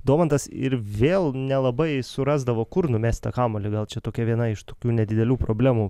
domantas ir vėl nelabai surasdavo kur numest tą kamuolį gal čia tokia viena iš tokių nedidelių problemų